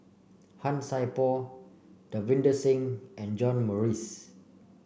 Han Sai Por Davinder Singh and John Morrice